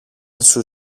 σου